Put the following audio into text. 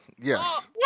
Yes